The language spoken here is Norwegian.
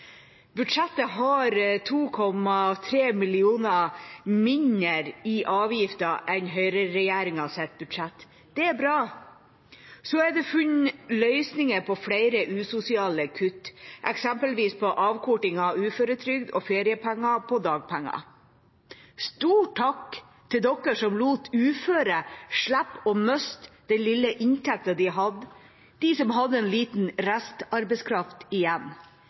Budsjettet har 2,3 mrd. kr mindre i avgifter enn høyreregjeringas budsjett. Det er bra. Så er det funnet løsninger på flere usosiale kutt, eksempelvis på avkorting av uføretrygd og feriepenger på dagpenger. En stor takk til dem som lot uføre slippe å miste den lille inntekten de hadde, de som hadde litt restarbeidskraft igjen. Det var en